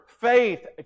faith